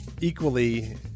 equally